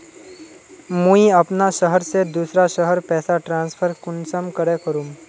मुई अपना शहर से दूसरा शहर पैसा ट्रांसफर कुंसम करे करूम?